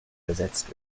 besetzt